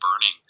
burning